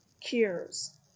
cures